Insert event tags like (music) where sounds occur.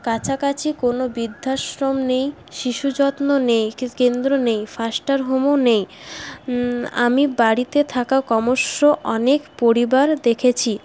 কাছাকাছি কোনো বৃদ্ধাশ্রম নেই শিশুযত্ন নেই কেন্দ্র নেই ফস্টার হোমও নেই আমি বাড়িতে থাকা (unintelligible) অনেক পরিবার দেখেছি